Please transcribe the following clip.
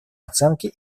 оценки